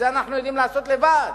את זה אנחנו יודעים לעשות לבד,